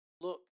look